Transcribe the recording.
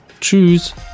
Tschüss